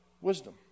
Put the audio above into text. wisdom